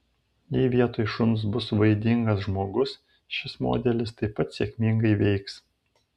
jei vietoj šuns bus vaidingas žmogus šis modelis taip pat sėkmingai veiks